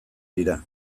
dira